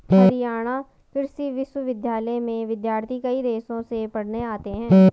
हरियाणा कृषि विश्वविद्यालय में विद्यार्थी कई देशों से पढ़ने आते हैं